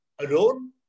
alone